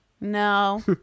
No